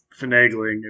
finagling